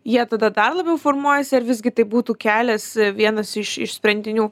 jie tada dar labiau formuojasi ar visgi tai būtų kelias vienas iš iš sprendinių